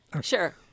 Sure